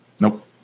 Nope